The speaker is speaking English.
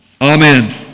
Amen